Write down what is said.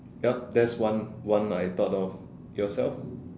yup that's one that's one I thought of yourself